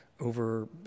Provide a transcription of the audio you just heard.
over